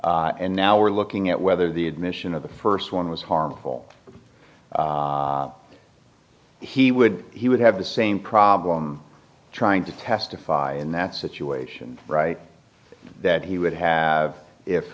hypothetically and now we're looking at whether the admission of the first one was harmful he would he would have the same problem trying to testify in that situation right that he would have if